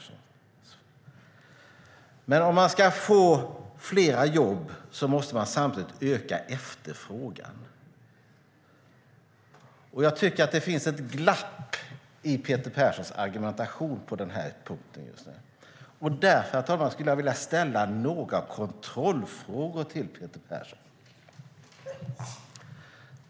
Men om man ska få fler jobb måste man samtidigt öka efterfrågan. Jag tycker att det finns ett glapp i Peter Perssons argumentation på den här punkten. Därför, herr talman, skulle jag vilja ställa några kontrollfrågor till Peter Persson.